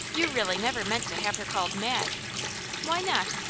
you really never meant to have her called mag why not?